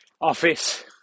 office